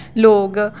लोग